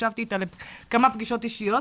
ישבתי איתה לכמה פגישות אישיות,